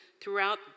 throughout